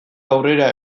aurrera